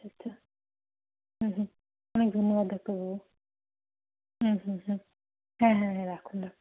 আচ্ছা হুম হুম অনেক ধন্যবাদ ডাক্তারবাবু হুম হুম হুম হ্যাঁ হ্যাঁ হ্যাঁ রাখুন রাখুন